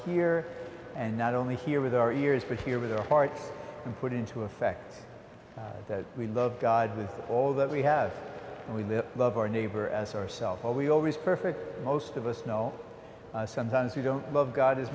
here and not only here with our ears for here with a heart and put into effect that we love god with all that we have and we love our neighbor as ourselves but we always perfect most of us know sometimes you don't love god as